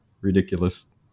ridiculous